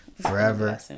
forever